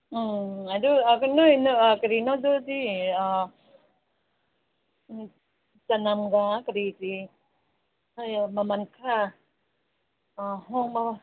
ꯎꯝ ꯑꯗꯨ ꯅꯣꯏꯅ ꯀꯔꯤꯅꯣ ꯑꯗꯨꯗꯤ ꯆꯅꯝꯒ ꯀꯔꯤ ꯀꯔꯤ ꯈꯔ ꯃꯃꯟ ꯈꯔ ꯍꯣꯡꯕ